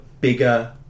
bigger